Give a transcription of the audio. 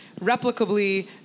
replicably